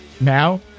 Now